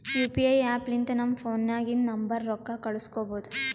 you P I app ಲಿಂತ ನಮ್ ಫೋನ್ನಾಗಿಂದ ನಂಬರ್ಗ ರೊಕ್ಕಾ ಕಳುಸ್ಬೋದ್